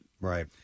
Right